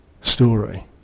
story